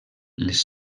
les